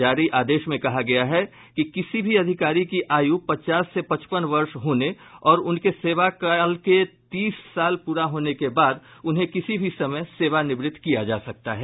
जारी आदेश में कहा गया है कि किसी भी अधिकारी की आयु पचास से पचपन वर्ष होने और उनके सेवाकाल के तीस साल प्ररा होने के बाद उन्हें किसी भी समय सेवा निवृत किया जा सकता है